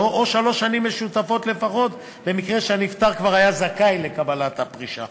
או שלוש שנים משותפות לפחות במקרה שהנפטר כבר היה זכאי לקצבת פרישה.